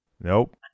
Nope